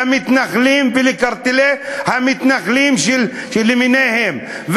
למתנחלים ולקרטלי המתנחלים למיניהם.